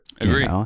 Agree